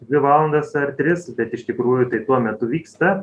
dvi valandas ar tris bet iš tikrųjų tai tuo metu vyksta